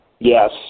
Yes